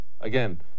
Again